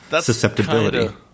susceptibility